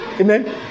Amen